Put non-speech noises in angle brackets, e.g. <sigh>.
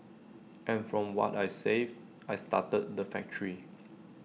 and from what I saved I started the factory <noise>